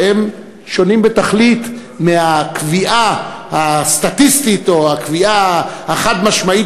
שהם שונים בתכלית מהקביעה הסטטיסטית או הקביעה החד-משמעית,